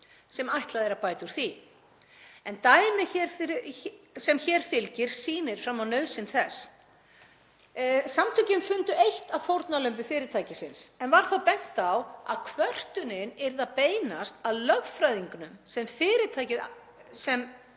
sem ætlað er að bæta úr því. En dæmið sem hér fylgir sýnir fram á nauðsyn þess. Samtökin fundu eitt af fórnarlömbum fyrirtækisins en var þá bent á að kvörtunin yrði að beinast að lögfræðingnum sem átti fyrirtækið